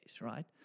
Right